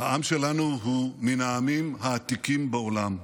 העם שלנו הוא מן העמים העתיקים בעולם,